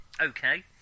Okay